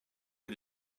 est